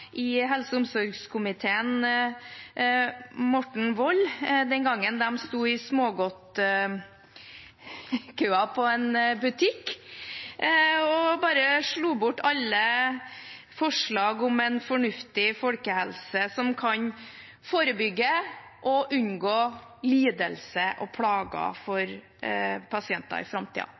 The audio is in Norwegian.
i helse- og omsorgskomiteen, Morten Wold, den gangen de sto i smågodtkøen på en butikk og bare slo bort alle forslag om en fornuftig folkehelse som kan forebygge lidelser og plager og gjøre at pasienter i